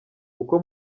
uko